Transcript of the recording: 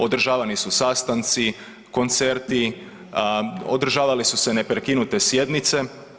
Održavani su sastanci, koncerti, održavale su se neprekinute sjednice.